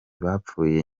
bapfuye